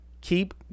keep